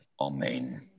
Amen